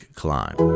climb